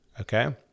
okay